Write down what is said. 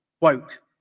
Woke